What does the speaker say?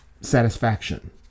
satisfaction